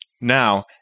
Now